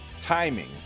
Timing